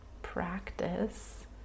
Practice